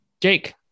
Jake